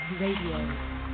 Radio